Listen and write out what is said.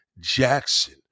Jackson